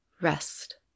rest